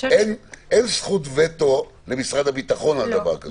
אין זכות וטו למשרד הביטחון על דבר כזה.